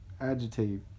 agitate